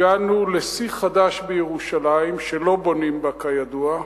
הגענו לשיא חדש בירושלים, שלא בונים בה, כידוע,